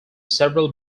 several